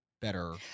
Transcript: better